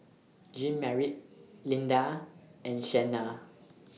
Jeanmarie Linda and Shenna